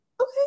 Okay